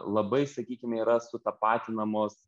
labai sakykime yra sutapatinamos